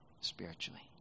spiritually